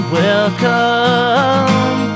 welcome